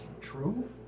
true